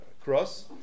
cross